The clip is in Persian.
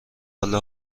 حال